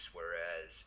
Whereas